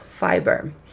fiber